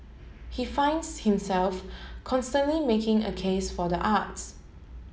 he finds himself constantly making a case for the arts